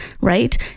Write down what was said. Right